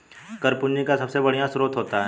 कर पूंजी का सबसे बढ़िया स्रोत होता है